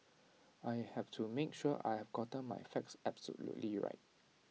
I have to make sure I have gotten my facts absolutely right